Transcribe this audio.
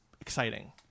exciting